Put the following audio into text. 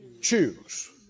choose